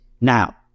Now